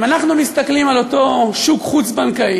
אם אנחנו מסתכלים על אותו שוק חוץ-בנקאי,